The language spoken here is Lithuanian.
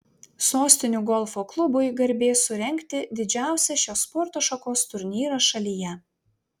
sostinių golfo klubui garbė surengti didžiausią šios sporto šakos turnyrą šalyje